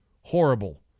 horrible